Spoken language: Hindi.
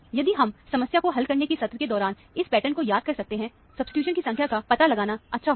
यदि हम समस्या को हल करने के सत्र के दौरान इस पैटर्न को याद कर सकते हैं तो सब्सीट्यूएंट्स की संख्या का पता लगाना अच्छा होगा